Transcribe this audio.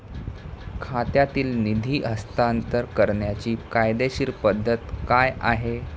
खात्यातील निधी हस्तांतर करण्याची कायदेशीर पद्धत काय आहे?